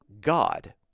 God